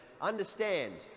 understand